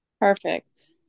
Perfect